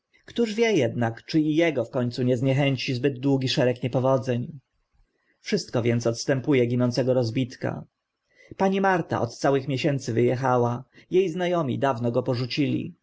któż wie ednak czy i ego w końcu nie zniechęci zbyt długi szereg niepowodzeń wszystko więc odstępu e ginącego rozbitka pani marta od całych miesięcy wy echała je zna omi dawno go porzucili